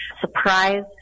surprise